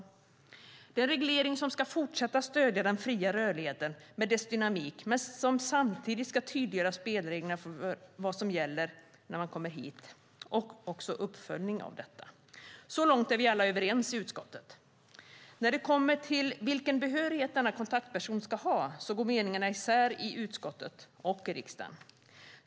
Det är en reglering som ska fortsätta stödja den fria rörligheten med dess dynamik men som samtidigt ska tydliggöra spelreglerna för vad som gäller när man kommer hit och en uppföljning av detta. Så långt är vi alla överens i utskottet. När det kommer till vilken behörighet denna kontaktperson ska ha går meningarna isär i utskottet och i riksdagen.